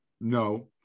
No